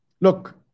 look